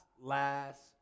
last